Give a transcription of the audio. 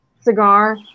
cigar